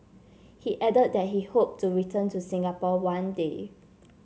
he added that he hoped to return to Singapore one day